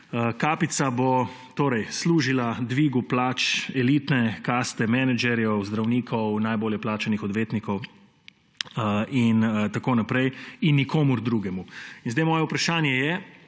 Kapica bo torej služila dvigu plač elitne kaste menedžerjev, zdravnikov, najbolje plačanih odvetnikov in tako naprej in nikomur drugemu. Moje vprašanje je,